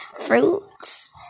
Fruits